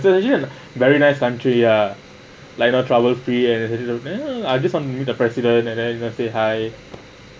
it actually a very nice ya like you know trouble free and I just want to meet the president and then you know say hi